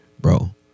Bro